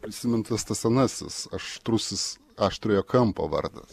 prisimintas tas senasis aštrusis aštriojo kampo vardas